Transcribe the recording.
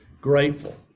grateful